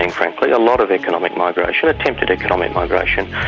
and frankly, a lot of economic migration, attempted economic migration.